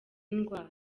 indwara